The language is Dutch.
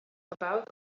gebouwd